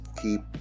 keep